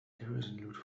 irresolute